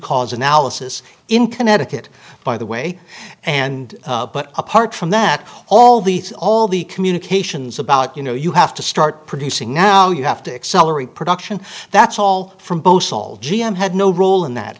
cause analysis in connecticut by the way and but apart from that all these all the communications about you know you have to start producing now you have to accelerate production that's all from both sol g m had no role in that